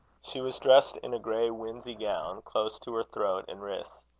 she was dressed in a grey winsey gown, close to her throat and wrists.